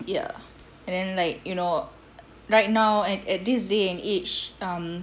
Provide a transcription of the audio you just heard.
ya and then like you know right now and at this day and age um